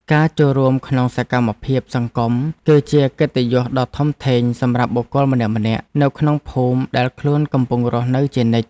ការចូលរួមក្នុងសកម្មភាពសង្គម គឺជាកិត្តិយសដ៏ធំធេងសម្រាប់បុគ្គលម្នាក់ៗនៅក្នុងភូមិដែលខ្លួនកំពុងរស់នៅជានិច្ច។